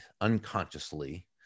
unconsciously